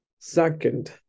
Second